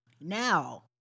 Now